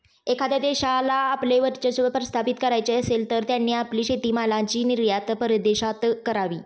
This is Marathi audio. एखाद्या देशाला आपले वर्चस्व प्रस्थापित करायचे असेल, तर त्यांनी आपली शेतीमालाची निर्यात परदेशात करावी